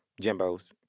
Jimbo's